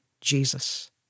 Jesus